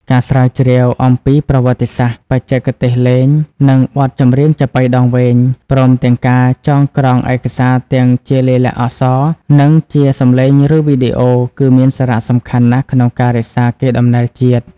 ការស្រាវជ្រាវអំពីប្រវត្តិសាស្រ្ត បច្ចេកទេសលេង និងបទចម្រៀងចាប៉ីដងវែង ព្រមទាំងការចងក្រងឯកសារទាំងជាលាយលក្ខណ៍អក្សរ និងជាសំឡេង ឬវីដេអូ គឺមានសារៈសំខាន់ណាស់ក្នុងការរក្សាកេរដំណែលជាតិ។